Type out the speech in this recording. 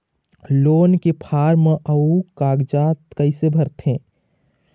Loan के form अऊ कागजात कइसे भरथें?